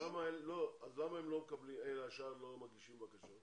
אז למה השאר לא מגישים בקשה?